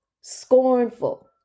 scornful